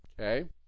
okay